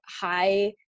high